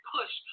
Push